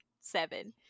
seven